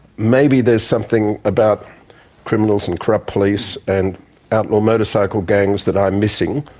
maybe there's something about criminals and corrupt police and outlaw motorcycle gangs that i'm missing,